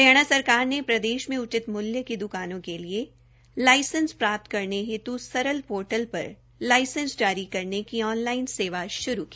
हरियाणा सरकार ने प्रदेश में उचित मूल्य की द्कानों के लिए लाइसेंस प्राप्त करने हेतु सरल पोर्टल पर लाइसेंस जारी करने की ऑनलाइन सेवा शुरू की